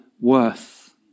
worth